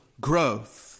growth